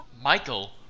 Michael